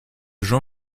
jean